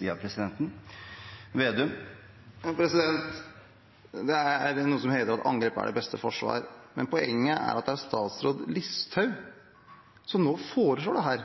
via presidenten. Det er noe som heter at angrep er det beste forsvar. Men poenget er at det er statsråd Listhaug som nå foreslår dette. Det